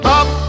up